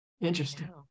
Interesting